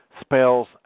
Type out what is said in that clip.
spells